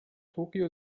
tokyo